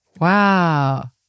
Wow